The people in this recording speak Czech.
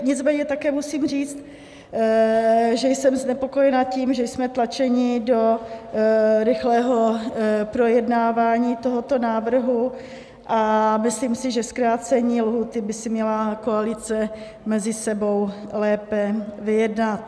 Nicméně také musím říct, že jsem znepokojena tím, že jsme tlačeni do rychlého projednávání tohoto návrhu, a myslím si, že zkrácení lhůty by si měla koalice mezi sebou lépe vyjednat.